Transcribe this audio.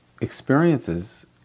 experiences